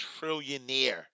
trillionaire